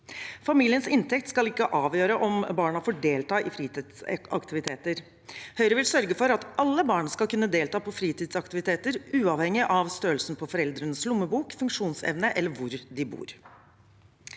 Familiens inntekt skal ikke avgjøre om barna får delta på fritidsaktiviteter. Høyre vil sørge for at alle barn skal kunne delta på fritidsaktiviteter, uavhengig av størrelsen på foreldrenes lommebok, funksjonsevne eller hvor de bor.